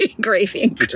gravy